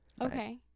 Okay